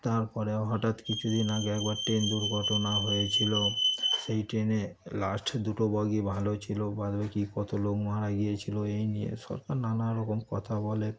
তার পরে হঠাৎ কিছু দিন আগে একবার ট্রেন দুর্ঘটনা হয়েছিল সেই ট্রেনে লাস্ট দুটো বগি ভালো ছিল বাদ বাকি কত লোক মারা গিয়েছিল এই নিয়ে সরকার নানা রকম কথা বলে